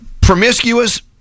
Promiscuous